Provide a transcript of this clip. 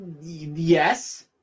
yes